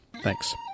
thanks